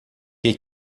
que